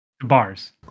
Bars